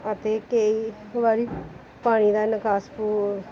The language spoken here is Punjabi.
ਅਤੇ ਕਈ ਵਾਰੀ ਪਾਣੀ ਦਾ ਨਿਕਾਸ ਪੂ